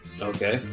Okay